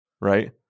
right